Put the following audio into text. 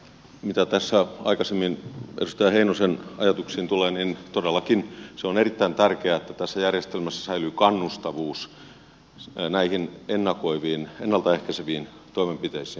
mitä tässä edustaja heinosen aikaisemmin esittämiin ajatuksiin tulee niin todellakin se on erittäin tärkeää että tässä järjestelmässä säilyy kannustavuus näihin ennalta ehkäiseviin toimenpiteisiin